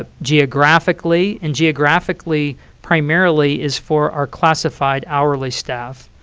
ah geographically, and geographically primarily is for our classified hourly staff.